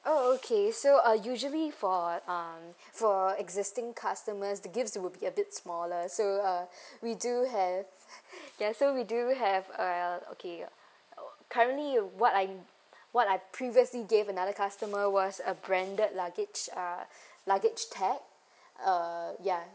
oh okay so uh usually for um for existing customers the gifts would be a bit smaller so uh we do have yes so we do have a okay currently what I what I previously gave another customer was a branded luggage uh luggage tag uh ya